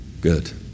good